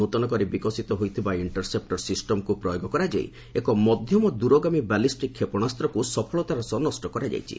ନୂଆକରି ବିକଶିତ ହୋଇଥିବା ଏହି ଇଣ୍ଟରସେପ୍ଟର ସିଷ୍ଟମ୍କୁ ପ୍ରୟୋଗ କରାଯାଇ ଏକ ମଧ୍ୟମ ଦୂରଗାମୀ ବାଲିଷ୍ଟିକ୍ କ୍ଷେପଣାସ୍ତକୁ ସଫଳତାର ସହ ନଷ୍ଟ କରାଯାଇଛି